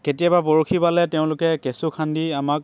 কেতিয়াবা বৰশী বালে তেওঁলোকে কেঁচু খান্ধি তেওঁলোকে আমাক